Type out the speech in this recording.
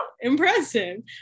Impressive